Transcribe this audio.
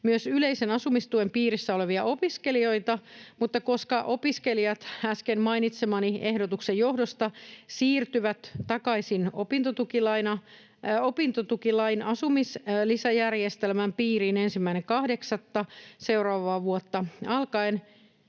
myös yleisen asumistuen piirissä olevia opiskelijoita, mutta koska opiskelijat äsken mainitsemani ehdotuksen johdosta siirtyvät takaisin opintotukilain asumislisäjärjestelmän piiriin 1.8. seuraavaa vuotta alkaen,